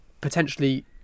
potentially